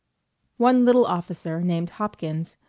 one little officer named hopkins,